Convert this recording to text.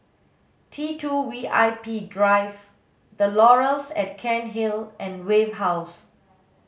T two V I P Drive The Laurels at Cairnhill and Wave House